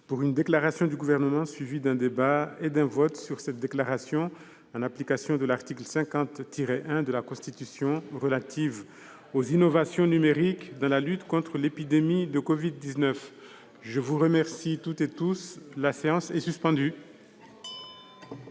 heure - Déclaration du Gouvernement, suivie d'un débat et d'un vote sur cette déclaration, en application de l'article 50-1 de la Constitution, relative aux innovations numériques dans la lutte contre l'épidémie de Covid-19 Temps attribué aux orateurs des